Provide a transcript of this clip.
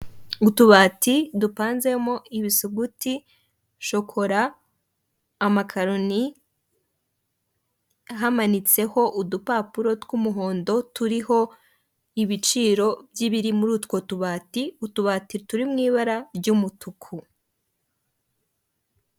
Utubati dupanzemo ibisuguti, shokora, amakaroni, hamanitseho udupapuro tw'umuhondo turiho ibiciro by'ibiri muri utwo tubati, utubati turi mu ibara ry'umutuku.